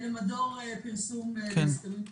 למדור פרסום להסכמים קואליציוניים.